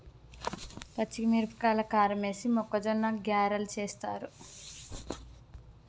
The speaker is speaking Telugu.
పచ్చిమిరపకాయల కారమేసి మొక్కజొన్న గ్యారలు చేస్తారు